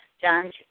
John